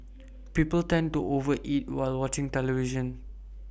people tend to over eat while watching the television